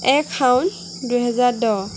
এক শাওন দুহেজাৰ দহ